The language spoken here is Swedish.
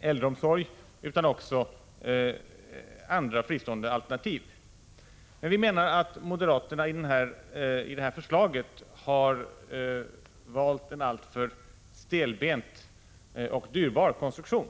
äldreomsorg utan också andra fristående alternativ. Vi menar att moderaterna i det här förslaget har valt en alltför stelbent och dyrbar konstruktion.